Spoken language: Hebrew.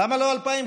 למה לא 2,500?